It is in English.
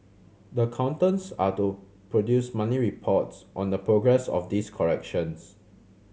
the accountants are to produce monthly reports on the progress of these corrections